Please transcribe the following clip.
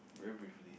very briefly